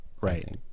Right